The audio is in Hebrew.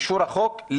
לאישור החוק,